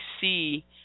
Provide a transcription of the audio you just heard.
see